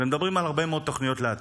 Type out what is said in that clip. ומדברים על הרבה מאוד תוכניות לעתיד.